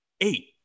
Eight